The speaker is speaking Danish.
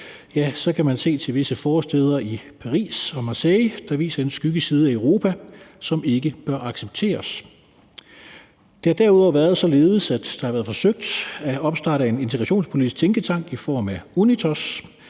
til, kan man se til visse forstæder i Paris og Marseille, der viser en skyggeside af Europa, som ikke bør accepteres. Det har derudover været således, at det har været forsøgt at opstarte en integrationspolitisk tænketank i form af Unitos,